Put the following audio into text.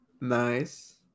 Nice